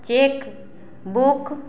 cheque book